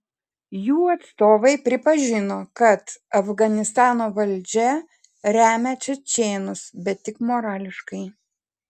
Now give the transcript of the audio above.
jų atstovai pripažino kad afganistano valdžia remia čečėnus bet tik morališkai